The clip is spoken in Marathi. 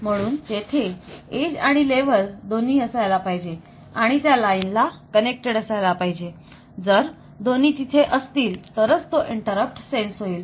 म्हणून तेथे एज आणि लेव्हल दोन्ही असायला पाहिजे आणि त्या लाईन ला कनेक्टेड असायला पाहिजे आणि जर दोन्ही तिथे असतील तरच तो इंटरप्ट सेन्स होईल